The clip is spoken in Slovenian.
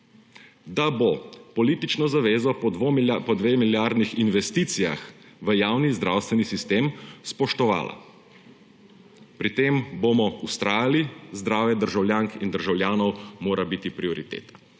da bo politično zavezo po dvomilijardnih investicijah v javni zdravstveni sistem spoštovala. Pri tem bomo vztrajali, zdravje državljank in državljanov mora biti prioriteta.